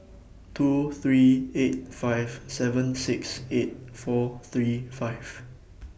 two three eight five seven six eight four three five